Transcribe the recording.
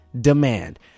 demand